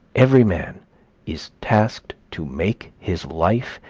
every man is tasked to make his life,